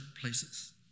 places